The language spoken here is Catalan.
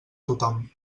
tothom